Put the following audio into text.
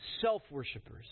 self-worshippers